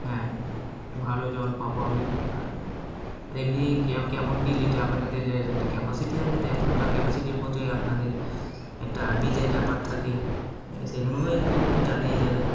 হ্যাঁ ভালো জল পাবো আমি আর আর এমনি কেমন কী লিটার আপনাদের একটা ক্যাপাসিটি আছে এতো টাকা ক্যাপাসিটির প্রতিতে আপনাদের একটা বিলের ব্যাপার থাকে সেগুলোও একটু একটু জানিয়ে দেবেন